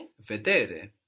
vedere